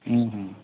ହୁଁ ହୁଁ